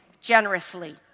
generously